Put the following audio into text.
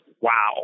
wow